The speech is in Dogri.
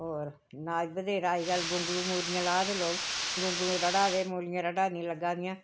होर अनाज़ बत्थेरा अज्जकल गोगलुं मूलियां ला दे लोक गोंगलू रड़ा दे मूलियां रड़ा दियां लग्गा दियां